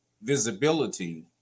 visibility